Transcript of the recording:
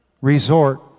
resort